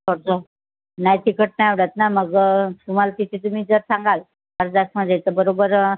थोडंसं नाही तिखट नाही आवडत ना मग तुम्हाला तिथे तुम्ही जर सांगाल हरदासमध्ये तर बरोबर